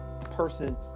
person